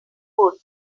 wood